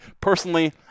Personally